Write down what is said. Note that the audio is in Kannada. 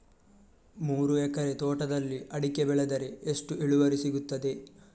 ಮೂರು ಎಕರೆ ತೋಟದಲ್ಲಿ ಅಡಿಕೆ ಬೆಳೆದರೆ ಎಷ್ಟು ಇಳುವರಿ ಸಿಗುತ್ತದೆ?